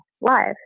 live